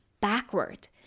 backward